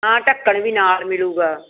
ਆ ਢੱਕਣ ਵੀ ਨਾਲ ਮਿਲੂਗਾ